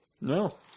No